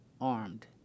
armed